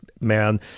man